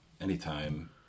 anytime